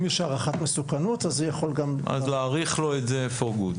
אם יש הערכת מסוכנות --- יכול להאריך לו את זה לתמיד.